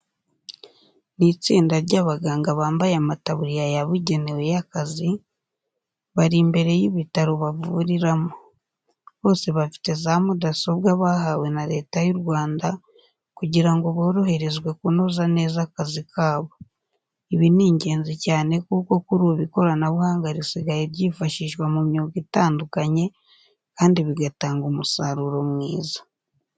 Ni itsinda ry'abaganga bambaye amataburiya yabugenewe y'akazi, bari imbere y'ibitaro bavuriramo. Bose bafite za mudasobwa bahawe na Leta y'u Rwanda kugira ngo boroherezwe kunoza neza akazi kabo. Ibi ni ingenzi cyane kuko kuri ubu ikoranabuhanga risigaye ryifashishwa mu myuga itandukanye kandi bigatanga umusaruro mwiza.